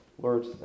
Lord